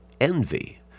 envy